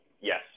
yes